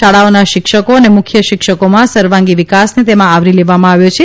શાળાઓના શિક્ષકો અને મુખ્ય શિક્ષકોમાં સર્વાંગી વિકાસને તેમાં આવરી લેવામાં આવ્યો છે